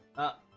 up